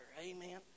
Amen